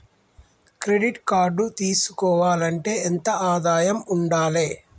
Credit card తీసుకోవాలంటే ఎంత ఆదాయం ఉండాలే?